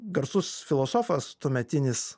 garsus filosofas tuometinis